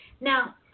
Now